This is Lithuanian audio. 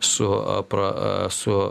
su pra su